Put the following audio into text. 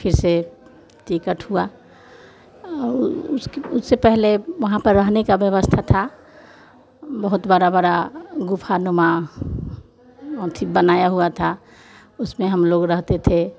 फिर से टिकट हुआ और उसके उससे पहले वहाँ पर रहने का व्यवस्था थी बहुत बड़ी बड़ी गुफा नुमा बनाया हुआ था उसमें हम लोग रहते थे